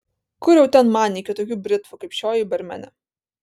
kur jau ten man iki tokių britvų kaip šioji barmene